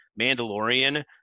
Mandalorian